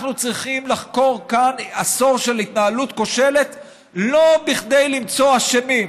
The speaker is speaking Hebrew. אנחנו צריכים לחקור כאן עשור של התנהלות כושלת לא כדי למצוא אשמים,